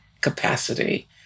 capacity